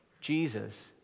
Jesus